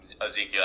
Ezekiel